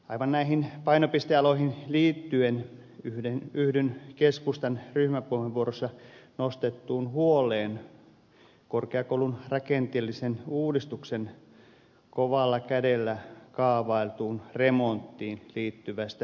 aivan näihin painopistealoihin liittyen yhdyn keskustan ryhmäpuheenvuorossa nostettuun huoleen korkeakoulun rakenteellisen uudistuksen kovalla kädellä kaavailtuun remonttiin liittyvästä riskistä